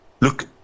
Look